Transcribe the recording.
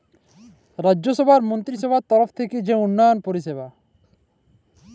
রাজ্যসভার মলত্রিসভার তরফ থ্যাইকে যে উল্ল্যয়ল পরিষেবা